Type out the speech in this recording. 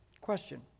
Question